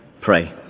pray